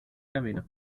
camino